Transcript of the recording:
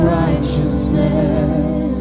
righteousness